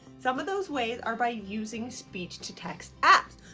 some of those ways are by using speech-to-text apps.